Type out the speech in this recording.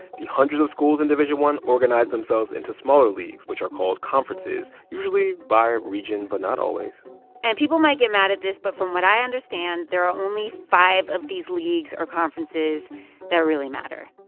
the hundreds of schools in division i organize themselves into smaller leagues, which are called conferences, usually by region but not always and people might get mad at this. but from what i understand, there are only five of these leagues or conferences that really matter.